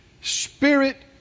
Spirit